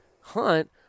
hunt